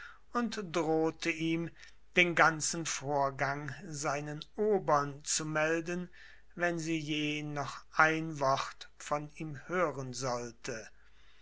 und drohte ihm den ganzen vorgang seinen obern zu melden wenn sie je noch ein wort von ihm hören sollte